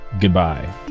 Goodbye